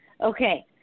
Okay